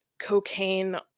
Cocaine